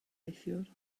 neithiwr